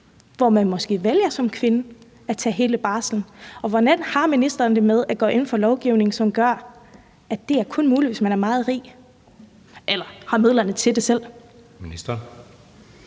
hvor man måske vælger som kvinde at tage hele barslen? Og hvordan har ministeren det med at gå ind for lovgivning, som gør, at det kun er muligt, hvis man er meget rig eller selv har midlerne til det? Kl. 16:51 Anden